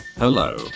Hello